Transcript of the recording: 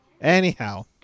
Anyhow